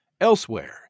Elsewhere